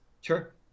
Sure